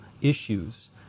issues